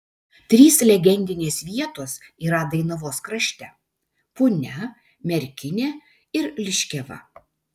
trys legendinės vietos yra dainavos krašte punia merkinė ir liškiava